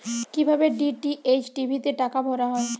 কি ভাবে DTH TV তে টাকা ভরা হয়?